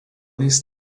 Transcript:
jis